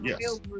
yes